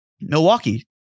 Milwaukee